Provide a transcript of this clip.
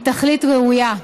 היא תכלית ראויה.